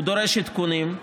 הוא דורש עדכונים,